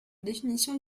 définition